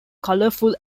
colorful